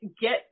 get